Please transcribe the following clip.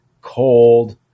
cold